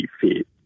feet